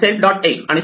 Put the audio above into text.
x आणि self